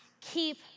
Keep